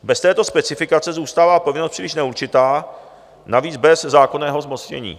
Bez této specifikace zůstává povinnost příliš neurčitá, navíc bez zákonného zmocnění.